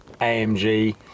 AMG